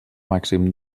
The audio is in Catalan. màxim